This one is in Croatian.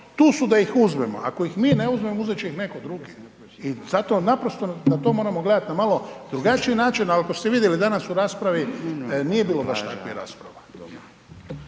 tu su da ih uzmemo. Ako ih mi ne uzmemo, uzeti će ih netko drugi. I zato naprosto na to moramo gledati na malo drugačiji način. Ali ako ste vidjeli danas u raspravi nije bilo baš takvih rasprava.